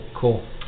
Cool